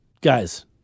guys